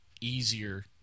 easier